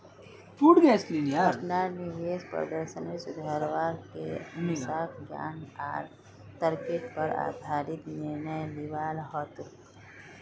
अपनार निवेश प्रदर्शनेर सुधरवार के हमसाक ज्ञान आर तर्केर पर आधारित निर्णय लिबा हतोक